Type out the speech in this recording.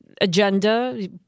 agenda